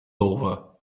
over